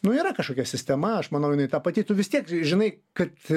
nu yra kažkokia sistema aš manau jinai ta pati tu vis tiek žinai kad